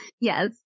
Yes